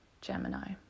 Gemini